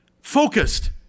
focused